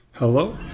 Hello